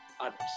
others